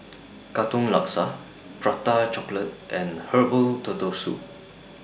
Katong Laksa Prata Chocolate and Herbal Turtle Soup